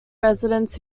residents